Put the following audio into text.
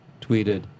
Tweeted